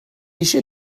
eisiau